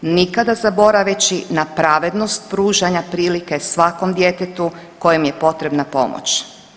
Nikada zaboraveći na pravednost pružanja prilike svakom djetetu kojem je potrebna pomoć.